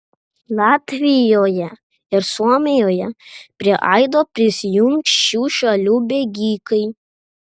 latvijoje ir suomijoje prie aido prisijungs šių šalių bėgikai